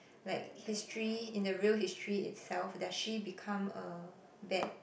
like history in the real history itself does she become a bad